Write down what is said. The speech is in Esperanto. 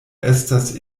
estas